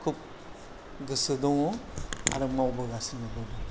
खुब गोसो दङ आरो मावबोगासिनो दङ